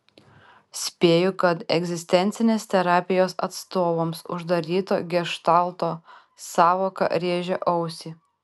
spėju kad egzistencinės terapijos atstovams uždaryto geštalto sąvoka rėžia ausį